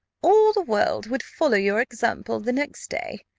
all the world would follow your example the next day.